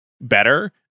better